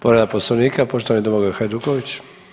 Povreda Poslovnika poštovani Domagoj Hajduković.